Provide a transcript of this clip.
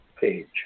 page